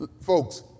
Folks